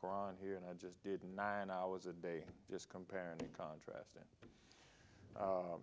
koran here and i just didn't nine hours a day just compare and contrast